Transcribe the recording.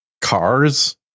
cars